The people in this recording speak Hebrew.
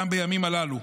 גם בימים הללו.